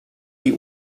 die